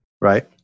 right